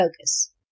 focus